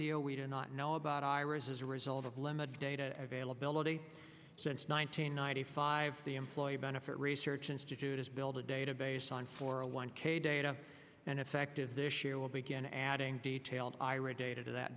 deal we do not know about iras as a result of limited data availability since nine hundred ninety five the employee benefit research institute is build a database on for a one k data and effective this year will begin adding details i read data that